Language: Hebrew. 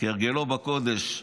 כהרגלו בקודש,